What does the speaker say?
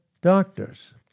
doctors